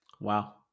Wow